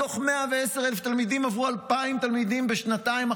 מתוך 110,000 תלמידים עברו 2,000 תלמידים בשנתיים,